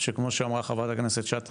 שכמו שאמרה חברת הכנסת שטה,